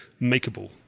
makeable